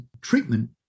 treatment